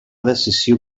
decisiu